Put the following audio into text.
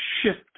shift